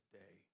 day